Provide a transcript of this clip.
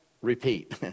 Repeat